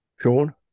Sean